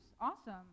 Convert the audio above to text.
Awesome